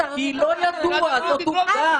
כי לא ידוע, זאת עובדה.